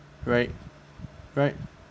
right right